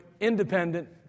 independent